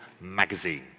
Magazine